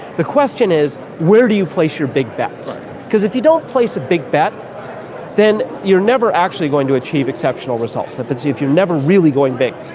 the question is where do you place your big bets cause if you don't place a big bet then you're never actually going to achieve exceptional results, if you're never really going big.